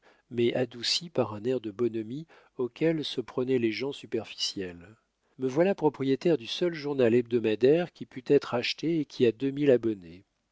mais adoucie par un air de bonhomie auquel se prenaient les gens superficiels me voilà propriétaire du seul journal hebdomadaire qui pût être acheté et qui a